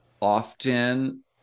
often